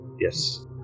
Yes